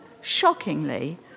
shockingly